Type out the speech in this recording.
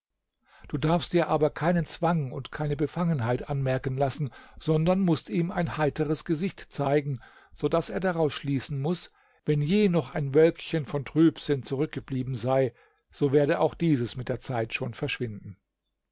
du darfst dir aber keinen zwang und keine befangenheit anmerken lassen sondern mußt ihm ein heiteres gesicht zeigen so daß er daraus schließen muß wenn je noch ein wölkchen von trübsinn zurückgeblieben sei so werde auch dieses mit der zeit schon verschwinden